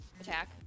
attack